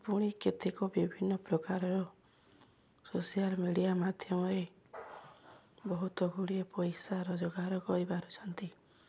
ପୁଣି କେତେକ ବିଭିନ୍ନ ପ୍ରକାରର ସୋସିଆଲ୍ ମିଡ଼ିଆ ମାଧ୍ୟମରେ ବହୁତ ଗୁଡ଼ିଏ ପଇସା ରୋଜଗାର କରିପାରୁଛନ୍ତି